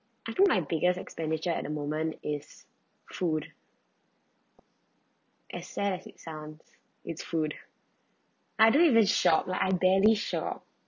I told my biggest expenditure at the moment is food I said as it sounds it's food I don't even shop like I barely shop